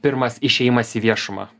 pirmas išėjimas į viešumą